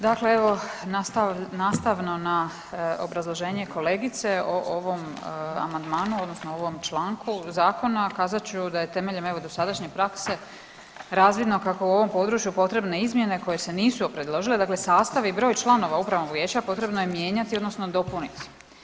Dakle evo nastavno na obrazloženje kolegice, o ovom amandmanu odnosno ovom članku zakona kazat ću da je temeljem evo dosadašnje prakse razvidno kako su u ovom području potrebne izmjene koje se nisu predložile, dakle sastav i broj članova upravnog vijeća potrebno je mijenjati odnosno dopuniti.